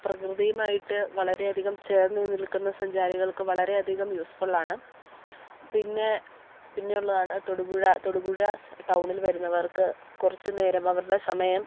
പ്രകൃതിയുമായിട്ട് വളരെ അധികം ചേർന്നു നിൽക്കുന്ന സഞ്ചാരികൾക്ക് വളരെ അധികം യൂസ്ഫുൾ ആണ് പിന്നെ പിന്നെ ഉള്ളതാണ് തൊടുപുഴ തൊടുപുഴ ടൗണിൽ വരുന്നവർക്ക് കുറച്ചു നേരം അവരുടെ സമയം